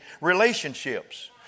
relationships